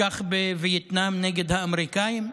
כך בווייטנאם נגד האמריקאים.